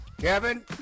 Kevin